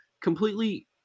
completely